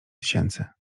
tysięcy